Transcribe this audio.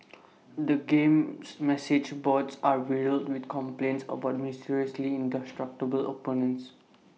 the game's message boards are riddled with complaints about mysteriously indestructible opponents